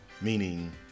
meaning